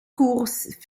courses